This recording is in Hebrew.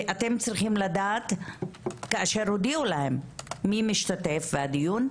ואתם צריכים לדעת כאשר הודיעו להם מי משתתף בדיון,